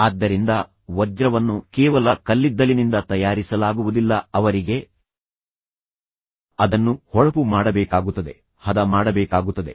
ಆದ್ದರಿಂದ ವಜ್ರವನ್ನು ಕೇವಲ ಕಲ್ಲಿದ್ದಲಿನಿಂದ ತಯಾರಿಸಲಾಗುವುದಿಲ್ಲ ಅದನ್ನು ಹೊಳಪು ಮಾಡಬೇಕಾಗುತ್ತದೆ ಅವರು ಅದನ್ನು ಹದ ಮಾಡಬೇಕಾಗುತ್ತದೆ